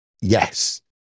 yes